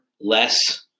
less